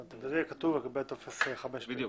וזה יהיה כתוב על גבי טופס 5ב. בדיוק.